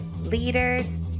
leaders